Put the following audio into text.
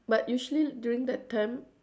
but usually during that time